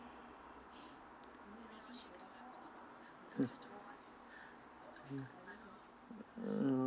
mm